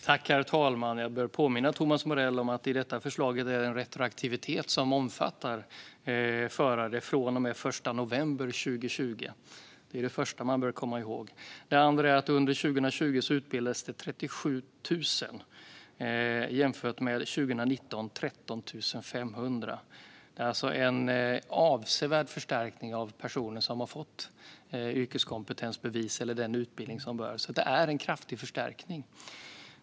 Herr talman! Jag bör påminna Thomas Morell om att det i förslaget finns en retroaktivitet som omfattar förare från och med den 1 november 2020. Det är det första man bör komma ihåg. Det andra är att det under 2020 utbildades 37 000, jämfört med 13 500 under 2019. Det är alltså en avsevärd förstärkning av personer som har fått yrkeskompetensbevis eller den utbildning som behövs - en kraftig förstärkning.